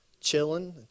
chilling